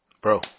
bro